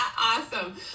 awesome